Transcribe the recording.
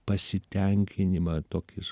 pasitenkinimą tokį